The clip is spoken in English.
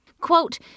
Quote